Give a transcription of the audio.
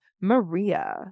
Maria